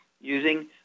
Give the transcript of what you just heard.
using